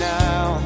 now